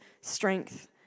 strength